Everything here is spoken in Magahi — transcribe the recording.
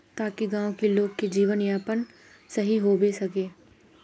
ताकि गाँव की लोग के जीवन यापन सही होबे सके?